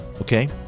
Okay